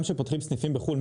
אבל גם כשפותחים סניפים בחו"ל,